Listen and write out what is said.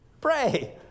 pray